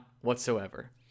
whatsoever